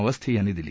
अवस्थी यांनी दिली